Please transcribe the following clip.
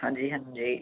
हांजी हंजी